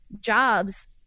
jobs